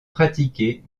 pratiquée